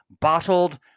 bottled